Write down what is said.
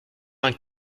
vingt